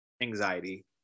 anxiety